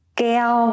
keo